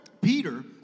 Peter